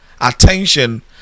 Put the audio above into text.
attention